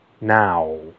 now